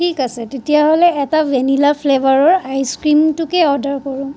ঠিক আছে তেতিয়াহ'লে এটা ভেনিলা ফ্লেভাৰৰ আইচক্ৰিমটোকে অৰ্ডাৰ কৰোঁ